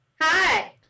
Hi